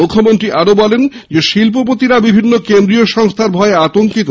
মুখ্যমন্ত্রী বলেন শিল্পপতিরা বিভিন্ন কেন্দ্রীয় সংস্হার ভয়ে আতঙ্কিত